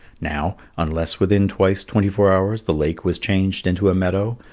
now, unless within twice twenty-four hours the lake was changed into a meadow,